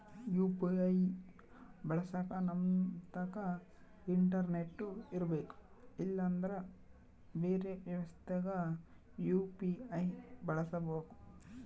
UPI ಬಳಸಕ ನಮ್ತಕ internet ಇರರ್ಬೆಕು ಇಲ್ಲಂದ್ರ ಬೆರೆ ವ್ಯವಸ್ಥೆಗ ಯು.ಪಿ.ಐ ಬಳಸಬಕು